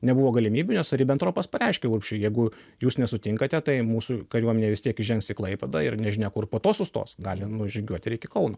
nebuvo galimybių nes ribentropas pareiškė urbšiui jeigu jūs nesutinkate tai mūsų kariuomenė vis tiek įžengs į klaipėdą ir nežinia kur po to sustos gali nužygiuot ir iki kauno